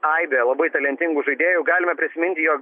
aibė labai talentingų žaidėjų galime prisiminti jog